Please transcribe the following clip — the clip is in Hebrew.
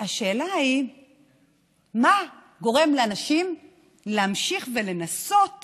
השאלה היא מה גורם לאנשים להמשיך ולנסות